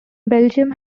belgium